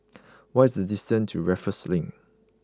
what is the distance to Raffles Link